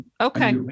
Okay